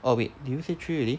oh wait did you say three already